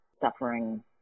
suffering